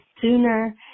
sooner